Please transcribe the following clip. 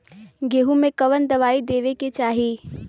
गेहूँ मे कवन दवाई देवे के चाही?